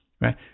right